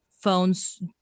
phones